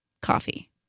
coffee